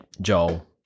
Joel